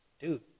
dude